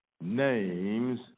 names